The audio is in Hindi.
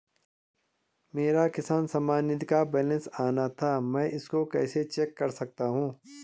मेरा किसान सम्मान निधि का बैलेंस आना था मैं इसको कैसे चेक कर सकता हूँ?